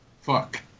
Fuck